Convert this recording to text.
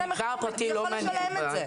המגזר הפרטי לא מעניין.